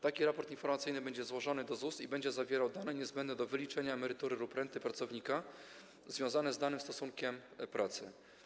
Taki raport informacyjny będzie złożony do ZUS i będzie zawierał dane niezbędne do wyliczenia emerytury lub renty pracownika związane z danym stosunkiem pracy.